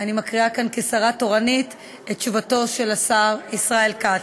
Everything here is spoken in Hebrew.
אני מקריאה כאן כשרה תורנית את תשובתו של השר ישראל כץ.